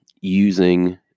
using